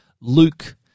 Luke